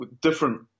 different